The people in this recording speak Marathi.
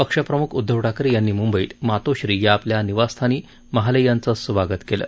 पक्षप्रमुख उदधव ठाकरे यांनी मुंबईत मातोश्री या आपल्या निवासस्थानी महाले यांचं स्वागत केलं